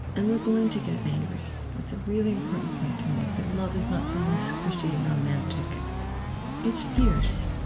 and we're going to get angry that's a really important point to make, that love is not something squishy and romantic it's fierce.